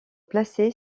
placé